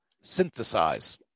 synthesize